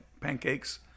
pancakes